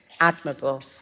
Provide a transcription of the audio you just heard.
admirable